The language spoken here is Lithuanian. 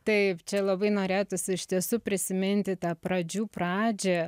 taip čia labai norėtųsi iš tiesų prisiminti tą pradžių pradžią